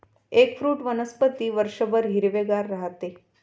eggfruit वनस्पती वर्षभर हिरवेगार राहते